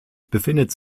befindet